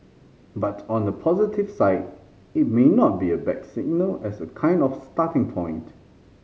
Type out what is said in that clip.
but on the positive side it may not be a bad signal as a kind of starting point